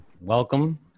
welcome